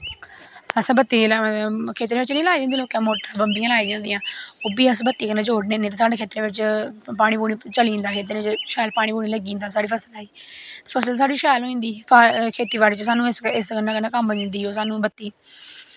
असें बत्ती जिसलै खेतरैं च निं लाई दी होंदी मोटर बम्बियां लाई दियां होंदियांओह् बी अस बत्ती कन्नै जोड़ने होन्ने ते साढ़ै खेत्तरैं बिच्च पानी पूनी चली जंदा खेत्तरें बिच्च शैल पानी पूनी लग्गी जंदा साढ़ी फसला गी फसल साढ़ी शैल होई जंदी खेत्ती बाड़ी च सानूं इस कम्मै कन्नै कम्म दिंदी ओह् बत्ती